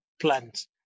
plants